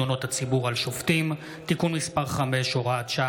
הצעת חוק הארכת תקופות ודחיית מועדים (הוראת שעה,